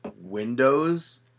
Windows